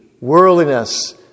worldliness